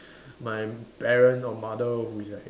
my parents or mother who is like